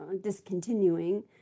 discontinuing